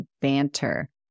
banter